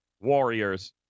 Warriors